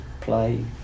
play